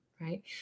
right